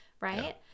right